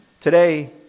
Today